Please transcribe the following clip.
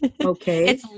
Okay